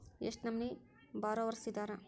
ಎಷ್ಟ್ ನಮನಿ ಬಾರೊವರ್ಸಿದಾರ?